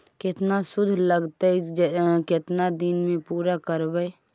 केतना शुद्ध लगतै केतना दिन में पुरा करबैय?